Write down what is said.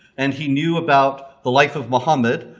and he knew about the life of muhammad,